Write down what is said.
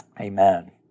Amen